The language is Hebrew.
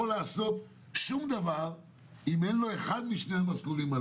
לעשות שום דברים אם אין לו אחד משני המסלולים: